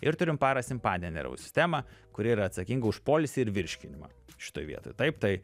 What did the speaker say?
ir turim parasimpatinę nervų sistemą kuri yra atsakinga už poilsį ir virškinimą šitoj vietoj taip tai